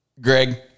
Greg